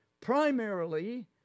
primarily